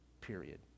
period